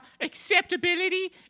acceptability